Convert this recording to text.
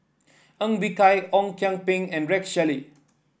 Ng Bee Kia Ong Kian Peng and Rex Shelley